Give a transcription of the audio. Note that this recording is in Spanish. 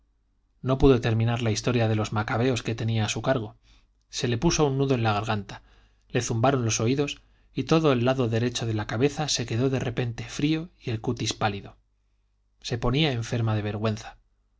no pudo terminar la historia de los macabeos que tenía a su cargo se le puso un nudo en la garganta le zumbaron los oídos y todo el lado derecho de la cabeza se quedó de repente frío y el cutis pálido se ponía enferma de vergüenza